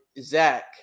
Zach